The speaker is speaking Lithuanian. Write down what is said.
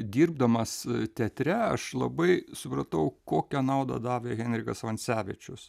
dirbdamas teatre aš labai supratau kokią naudą davė henrikas vansevičius